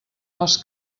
les